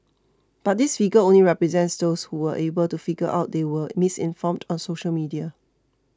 but this figure only represents those who were able to figure out they were misinformed on social media